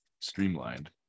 streamlined